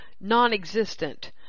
non-existent